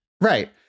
Right